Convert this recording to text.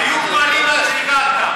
היו גמלים עד שהגעת.